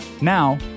Now